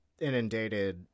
inundated